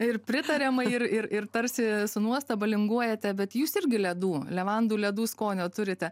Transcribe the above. ir pritariamai ir ir ir tarsi su nuostaba linguojate bet jūs irgi ledų levandų ledų skonio turite